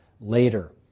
later